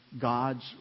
God's